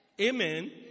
Amen